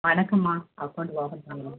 வணக்கம்மா account open பண்ணணும்